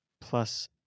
plus